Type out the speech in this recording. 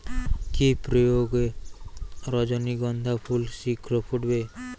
কি প্রয়োগে রজনীগন্ধা ফুল শিঘ্র ফুটবে?